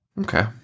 Okay